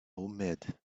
homemade